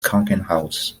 krankenhaus